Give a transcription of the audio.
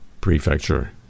Prefecture